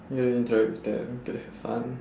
ya you interact with them to have fun